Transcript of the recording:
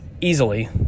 easily